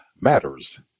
matters